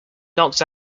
knocked